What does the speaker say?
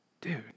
Dude